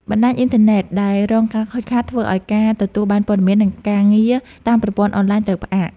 បណ្តាញអ៊ីនធឺណិតដែលរងការខូចខាតធ្វើឱ្យការទទួលបានព័ត៌មាន និងការងារតាមប្រព័ន្ធអនឡាញត្រូវផ្អាក។